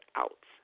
out